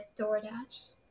DoorDash